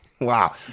Wow